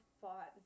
fought